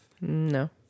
no